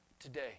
today